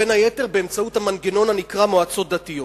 בין היתר באמצעות המנגנון הנקרא מועצות דתיות.